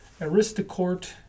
aristocort